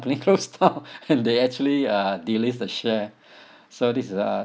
~pany they closed down they actually uh release the share so this is uh